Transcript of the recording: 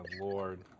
Lord